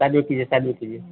side में कीजिए side में कीजिए